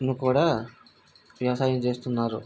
నుకూడా వ్యవసాయం చేస్తున్నారు